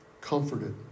comforted